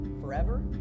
forever